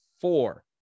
four